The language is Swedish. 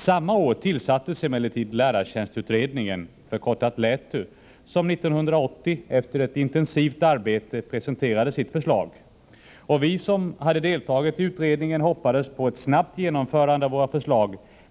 Samma år tillsattes emellertid lärartjänstutredningen, förkortat Lätu, som 1980 efter ett intensivt arbete presenterade sitt förslag. Vi som har deltagit i utredningen hoppades på ett snabbt genomförande,